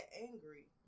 angry